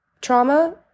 trauma